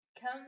Come